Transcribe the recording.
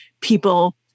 people